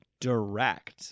direct